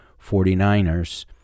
49ers